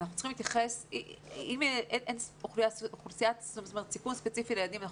אם אין אוכלוסיית סיכון ספציפית לילדים,